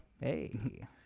Hey